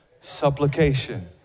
supplication